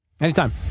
Anytime